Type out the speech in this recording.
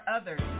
Others